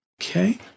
Okay